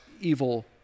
evil